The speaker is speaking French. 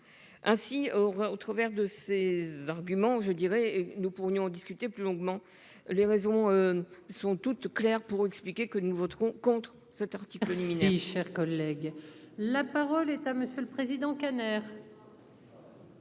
Ainsi, au travers de ses arguments, je dirais, nous pourrions en discuter plus longuement. Les raisons. Sont toutes claires pour expliquer que nous voterons contre 7h. Cher